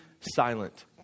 silent